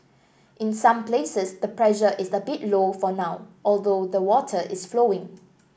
in some places the pressure is a bit low for now although the water is flowing